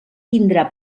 tindrà